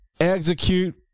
Execute